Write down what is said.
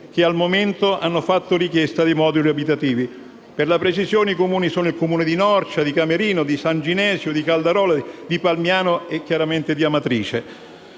che, al momento, hanno fatto richiesta dei moduli abitativi. Per la precisione si tratta dei Comuni di Norcia, Camerino, San Ginesio, Caldarola, Palmiano e chiaramente di Amatrice.